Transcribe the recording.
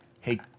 hey